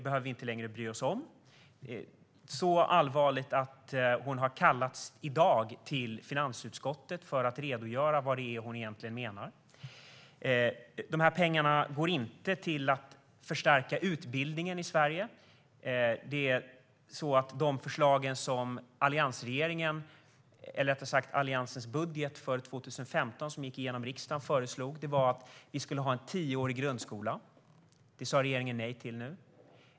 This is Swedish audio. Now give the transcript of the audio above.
Det är så allvarligt att hon i dag har kallats till finansutskottet för att redogöra för vad hon egentligen menar. De här pengarna går inte till att förstärka utbildningen i Sverige. Förslagen i Alliansens budget för 2015, som gick igenom i riksdagen, innebar att vi skulle ha en tioårig grundskola. Det säger regeringen nej till nu.